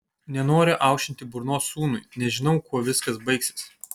nenoriu aušinti burnos sūnui nes žinau kuo viskas baigsis